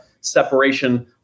separation